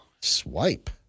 Swipe